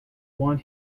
want